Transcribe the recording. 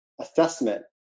assessment